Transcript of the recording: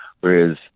Whereas